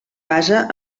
basa